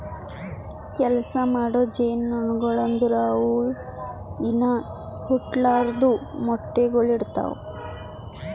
ಕೆಲಸ ಮಾಡೋ ಜೇನುನೊಣಗೊಳು ಅಂದುರ್ ಇವು ಇನಾ ಹುಟ್ಲಾರ್ದು ಮೊಟ್ಟೆಗೊಳ್ ಇಡ್ತಾವ್